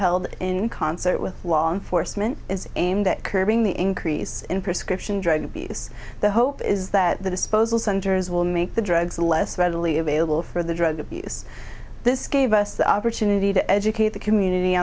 held in concert with law enforcement is aimed at curbing the increase in prescription drug abuse the hope is that the disposal centers will make the drugs less readily available for the drug abuse this gave us the opportunity to educate the community